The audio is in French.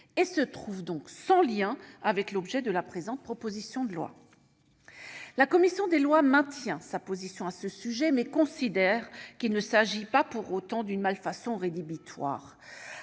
positif et sans lien avec l'objet de la présente proposition de loi. La commission des lois maintient sa position à ce sujet, mais elle considère qu'il ne s'agit pas d'une malfaçon rédhibitoire,